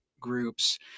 groups